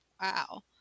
wow